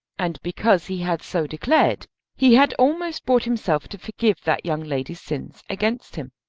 and because he had so declared he had almost brought himself to forgive that young lady's sins against him.